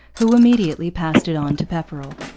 who immediately passed it on to pepperrell.